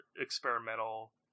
experimental